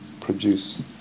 produce